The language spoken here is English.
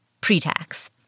pre-tax